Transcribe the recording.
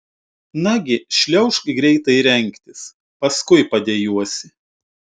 nagi šliaužk greitai rengtis paskui padejuosi